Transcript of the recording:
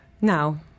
Now